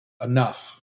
enough